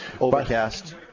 overcast